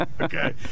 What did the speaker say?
Okay